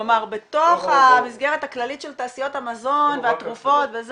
כלומר בתוך המסגרת הכללית של תעשיות המזון והתרופות,